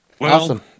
Awesome